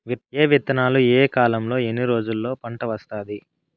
ఏ విత్తనాలు ఏ కాలంలో ఎన్ని రోజుల్లో పంట వస్తాది?